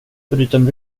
förutom